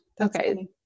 Okay